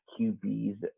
QBs